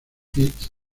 hits